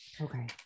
Okay